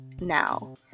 now